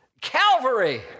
Calvary